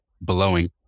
blowing